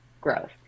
growth